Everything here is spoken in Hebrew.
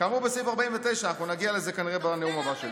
כאמור בסעיף 49". אנחנו נגיע לזה כנראה בנאום הבא שלי.